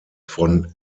von